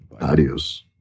Adios